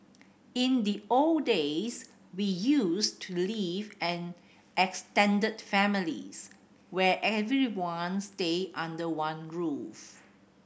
in the old days we used to live an extended families where everyone stayed under one roof